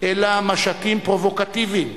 אלא משטים פרובוקטיביים,